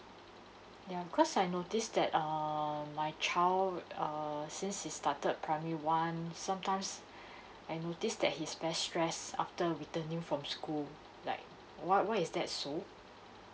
ya cause I noticed that err my child err since he started primary one sometimes I noticed that he's very stress after returning from school like what why is that so